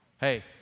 Hey